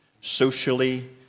socially